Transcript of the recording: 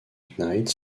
knight